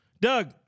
doug